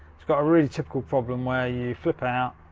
it's got a really typical problem where you flip out,